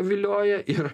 vilioja ir